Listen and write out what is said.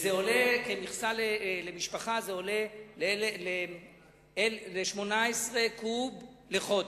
וכמכסה למשפחה זה עולה ל-18 קוב לחודש.